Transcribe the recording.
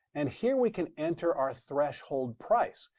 and here we can enter our threshold price.